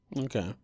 Okay